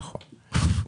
נכון,